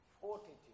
fortitude